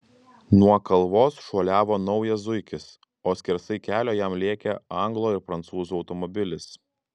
nuo kalvos šuoliavo naujas zuikis o skersai kelio jam lėkė anglo ir prancūzo automobilis